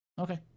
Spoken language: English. okay